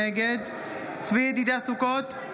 נגד צבי ידידיה סוכות,